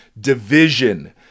division